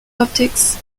optics